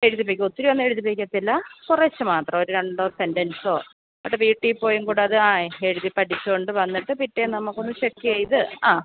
എഴുതിപ്പിക്കും ഒത്തിരി ഒന്നുമെഴുതിപ്പിക്കത്തില്ല കുറെശ്ശെ മാത്രമൊരു രണ്ടോ സെൻ്റൻസോ എന്നിട്ട് വീട്ടിപ്പോയിങ്കൂടത് ആ എഴുതി പഠിച്ചോണ്ട് വന്നിട്ട് പിറ്റേന്ന് നമുക്കൊന്ന് ചെക്ക് ചെയ്ത് ആ